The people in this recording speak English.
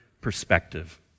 perspective